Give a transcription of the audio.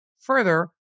Further